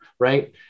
right